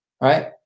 right